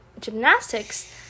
gymnastics